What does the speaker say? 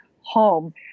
home